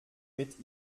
mit